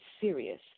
serious